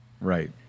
Right